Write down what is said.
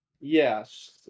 Yes